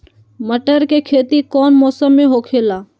मटर के खेती कौन मौसम में होखेला?